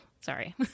sorry